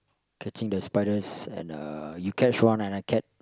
catching the spiders and uh you catch one and I catch